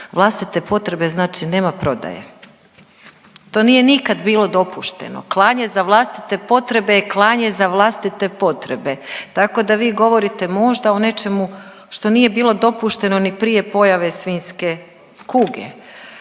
vlastite potrebe znači nema prodaje. To nije nikad bilo dopušteno. Klanje za vlastite potrebe je klanje za vlastite potrebe, tako da vi govorite možda o nečemu što nije bilo dopušteno ni prije pojave svinjske kuge.